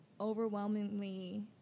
overwhelmingly